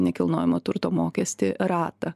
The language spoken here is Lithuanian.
nekilnojamo turto mokestį ratą